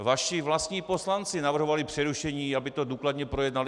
Vaši vlastní poslanci navrhovali přerušení, aby to důkladně projednali.